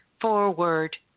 forward